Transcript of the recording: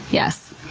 yes.